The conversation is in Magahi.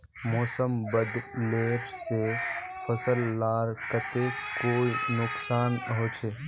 मौसम बदलिले से फसल लार केते कोई नुकसान होचए?